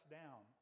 down